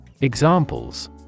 Examples